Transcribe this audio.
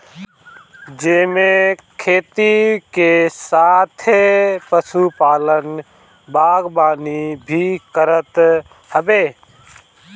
जेमे खेती के साथे पशुपालन, बागवानी भी करत हवे